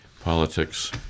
politics